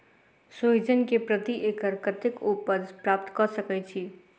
सोहिजन केँ प्रति एकड़ कतेक उपज प्राप्त कऽ सकै छी?